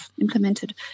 implemented